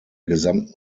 gesamten